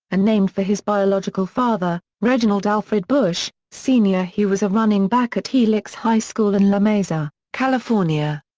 and named for his biological father, reginald alfred bush, sr. he was a running back at helix high school in la mesa, california.